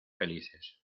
felices